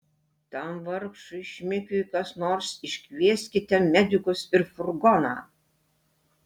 tam vargšui šmikiui kas nors iškvieskite medikus ir furgoną